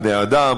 בני-אדם,